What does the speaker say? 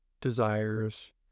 desires